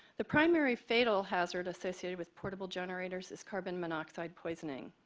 the primary fatal hazard associated with portable generators is carbon monoxide poisoning.